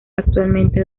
actualmente